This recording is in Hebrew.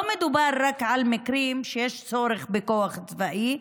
לא מדובר רק על מקרים שיש צורך בכוח צבאי,